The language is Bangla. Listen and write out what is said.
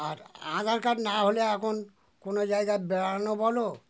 আর আধার কার্ড না হলে এখন কোনো জায়গায় বেড়ানো বলো